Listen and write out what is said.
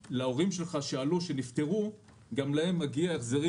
שבהן נאמר שגם להורים שלך שנפטרו מגיע החזרים